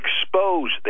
expose